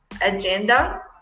agenda